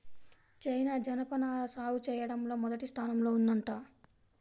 China జనపనార సాగు చెయ్యడంలో మొదటి స్థానంలో ఉందంట